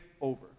over